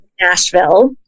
Nashville